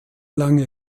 lange